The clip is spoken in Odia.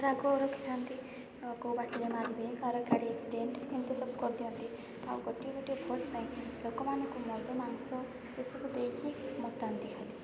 ରାଗ ରଖିଥାନ୍ତି କେଉଁ ବାଟରେ ମାରିବେ କାହାର ଗାଡ଼ି ଆକ୍ସିଡ଼େଣ୍ଟ୍ ଏମିତି ସବୁ କରିଦିଅନ୍ତି ଆଉ ଗୋଟିଏ ଗୋଟିଏ ଭୋଟ୍ ପାଇଁ ଲୋକମାନଙ୍କୁ ମଦ ମାଂସ ଏ ସବୁ ଦେଇକି ମତାନ୍ତି ଖାଲି